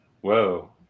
Whoa